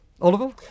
Oliver